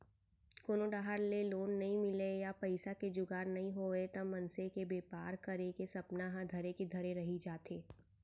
कोनो डाहर ले लोन नइ मिलय या पइसा के जुगाड़ नइ होवय त मनसे के बेपार करे के सपना ह धरे के धरे रही जाथे